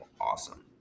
awesome